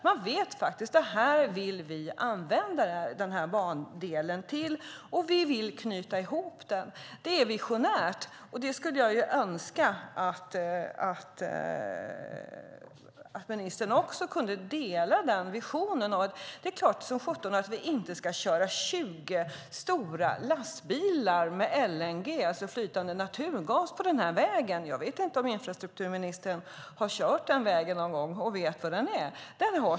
Man vet: Det här vill vi använda den här bandelen till, och vi vill knyta ihop den. Det är visionärt, och jag skulle önska att ministern kunde dela den visionen. Det är klart som sjutton att vi inte ska köra 20 stora lastbilar med LNG, flytande naturgas, på den här vägen. Jag vet inte om infrastrukturministern har kört den vägen någon gång och vet hur den är.